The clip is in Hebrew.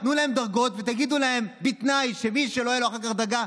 תנו לאנשים דרגות ותגידו להם: בתנאי שמי שלא תהיה לו אחר כך דרגה,